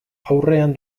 aurrean